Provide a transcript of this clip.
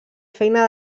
feina